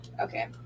okay